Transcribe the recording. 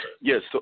Yes